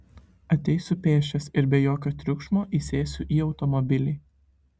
ateisiu pėsčias ir be jokio triukšmo įsėsiu į automobilį